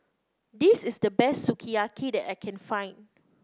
this is the best Sukiyaki that I can find